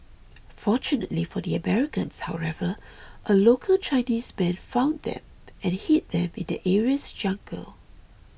fortunately for the Americans however a local Chinese man found them and hid them in the area's jungle